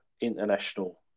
international